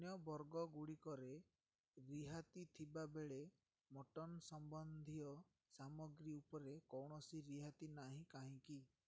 ଅନ୍ୟ ବର୍ଗଗୁଡ଼ିକରେ ରିହାତି ଥିବାବେଳେ ମଟନ୍ ସମ୍ବନ୍ଧୀୟ ସାମଗ୍ରୀ ଉପରେ କୌଣସି ରିହାତି ନାହିଁ କାହିଁକି